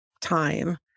time